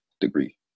degree